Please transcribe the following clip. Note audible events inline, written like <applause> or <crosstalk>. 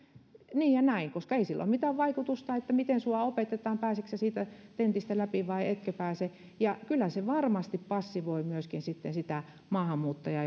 ja näin koska ei ole mitään vaikutusta sillä miten sinua opetetaan siihen pääsetkö siitä tentistä läpi vai etkö pääse kyllä se varmasti passivoi myöskin sitten sitä maahanmuuttajaa <unintelligible>